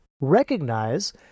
recognize